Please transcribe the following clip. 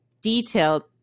detailed